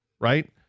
right